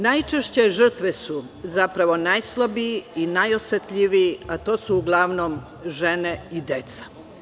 Najčešće žrtve su zapravo najslabiji i najosetljiviji, a to su uglavnom žene i deca.